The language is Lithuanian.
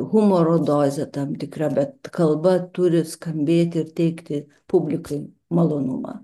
humoro doze tam tikra bet kalba turi skambėti ir teikti publikai malonumą